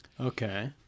Okay